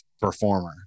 performer